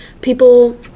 people